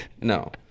No